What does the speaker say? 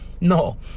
No